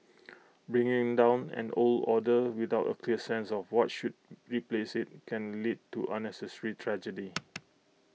bringing down an old order without A clear sense of what should replace IT can lead to unnecessary tragedy